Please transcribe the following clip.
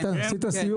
ראית, עשית סיבוב?